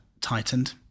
tightened